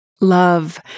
Love